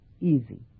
easy